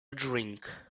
drink